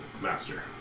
Master